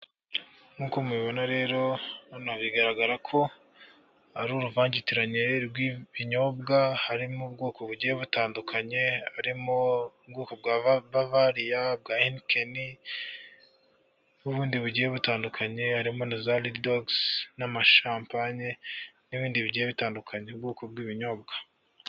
Uruvangitirane rw'ibinyobwa harimo ubwoko bwa bavariya bwa henikeni harimo kandi zaridogi n'amashampaye n'ibindi bigiye bitandukanye by'ubwoko bw'ibinyobwa.